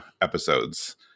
episodes